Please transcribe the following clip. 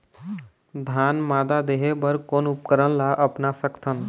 धान मादा देहे बर कोन उपकरण ला अपना सकथन?